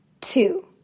two